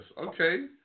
okay